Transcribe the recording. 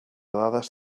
dades